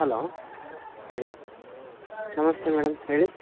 hello ಹೇಳಿ ನಮಸ್ತೇ madam ಹೇಳಿ